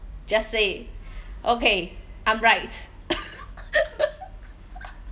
just say okay I'm right